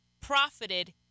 profited